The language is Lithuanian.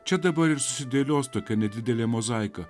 čia dabar ir sudėlios tokia nedidelė mozaika